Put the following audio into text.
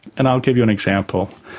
and i'll give you an example.